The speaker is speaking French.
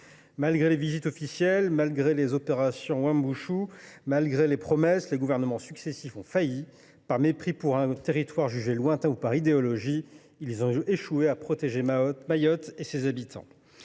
Malgré les visites officielles, malgré les opérations Wuambushu et malgré les promesses répétées, les gouvernements successifs ont failli. Par mépris pour un territoire jugé lointain ou par idéologie, ils ont échoué à protéger Mayotte et ses habitants.